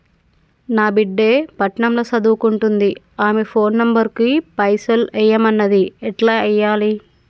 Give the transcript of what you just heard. నా బిడ్డే పట్నం ల సదువుకుంటుంది ఆమె ఫోన్ నంబర్ కి పైసల్ ఎయ్యమన్నది ఎట్ల ఎయ్యాలి?